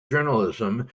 journalism